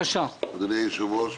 אדוני היושב-ראש,